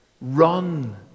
Run